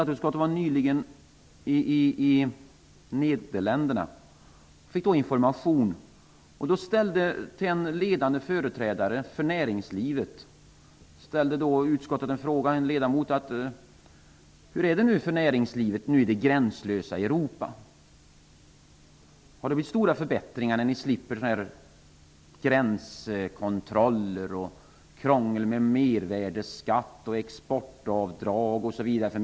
Utskottet var nyligen i Nederländerna för att få information. Till en ledande företrädare för näringslivet ställde en ledamot av utskottet frågan hur det är för näringslivet i det gränslösa Europa. Hade det blivit stora förbättringar genom att man slipper gränskontroller, krångel med exportavdrag för mervärdesskatt osv.?